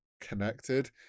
connected